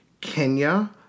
Kenya